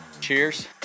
Cheers